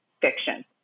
fiction